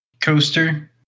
coaster